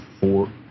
four